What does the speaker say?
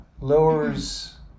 lowers